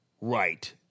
right